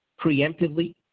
preemptively